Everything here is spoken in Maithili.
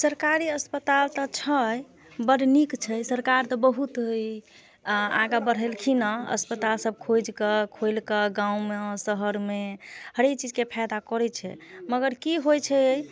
सरकारी अस्पताल तऽ छै बड्ड नीक छै सरकार तऽ बहुत ई आगाँ बढ़ेलखिन हेँ अस्पताल सभके खोजि कऽ खोलि कऽ गाँवमे शहरमे हरेक चीजके फायदा करै छै मगर की होइ छै